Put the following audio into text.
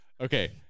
Okay